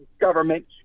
Government